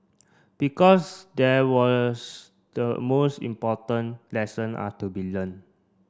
because there was the most important lesson are to be learnt